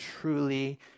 truly